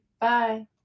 Bye